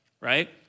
right